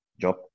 job